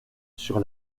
sur